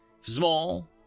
Small